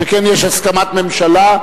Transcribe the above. שכן יש הסכמת הממשלה,